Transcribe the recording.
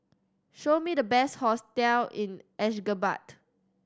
show me the best hotels in Ashgabat